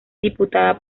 diputada